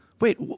Wait